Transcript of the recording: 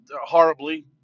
Horribly